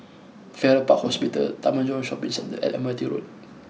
Farrer Park Hospital Taman Jurong Shopping Centre and Admiralty Road